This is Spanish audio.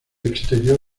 exterior